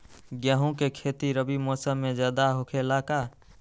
गेंहू के खेती रबी मौसम में ज्यादा होखेला का?